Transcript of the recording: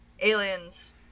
aliens